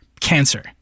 cancer